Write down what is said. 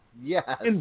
yes